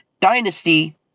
Dynasty